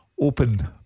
open